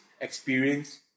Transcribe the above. experience